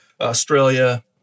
Australia